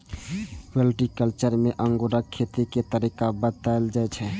viticulture मे अंगूरक खेती के तरीका बताएल जाइ छै